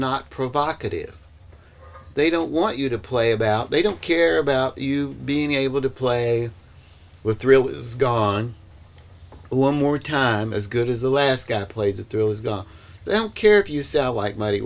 not provocative they don't want you to play about they don't care about you being able to play with thrill is gone one more time as good as the last guy played the thrill is gone i don't care if you sound like mighty